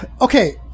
Okay